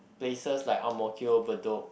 places like Ang-Mo-Kio Bedok